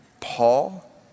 Paul